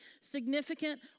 significant